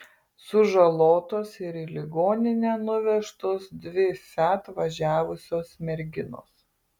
sužalotos ir į ligoninę nuvežtos dvi fiat važiavusios merginos